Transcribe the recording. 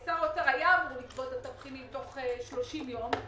שר האוצר היה אמור לקבוע תבחינים תוך 30 יום,